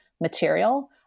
material